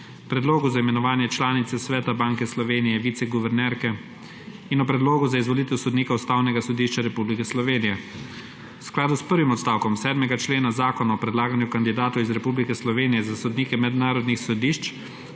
Predlogu za imenovanje članice Sveta Banke Slovenije – viceguvernerke in o Predlogu za izvolitev sodnika Ustavnega sodišča Republike Slovenije. V skladu s prvim odstavkom 7. člena Zakona o predlaganju kandidatov iz Republike Slovenije za sodnike mednarodnih sodišč,